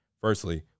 Firstly